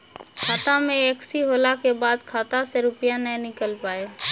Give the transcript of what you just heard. खाता मे एकशी होला के बाद खाता से रुपिया ने निकल पाए?